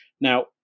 Now